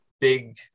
big